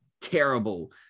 terrible